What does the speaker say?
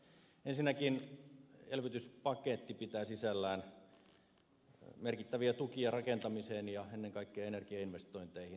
ensinnäkin elvytyspaketti pitää sisällään merkittäviä tukia rakentamiseen ja ennen kaikkea energiainvestointeihin